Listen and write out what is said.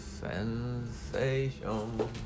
sensation